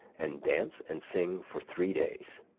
and dance and sing for three days,